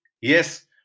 Yes